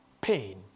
pain